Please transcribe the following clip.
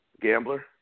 Gambler